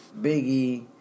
Biggie—